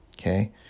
okay